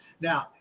Now